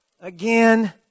again